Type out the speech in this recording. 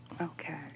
Okay